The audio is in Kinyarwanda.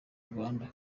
rwanda